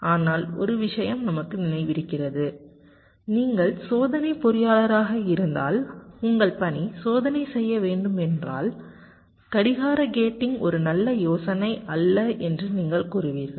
ஆனால் ஒரு விஷயம் நமக்கு நினைவிருக்கிறது நீங்கள் சோதனை பொறியாளராக இருந்தால் உங்கள் பணி சோதனை செய்ய வேண்டுமென்றால் கடிகார கேட்டிங் ஒரு நல்ல யோசனை அல்ல என்று நீங்கள் கூறுவீர்கள்